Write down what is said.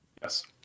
Yes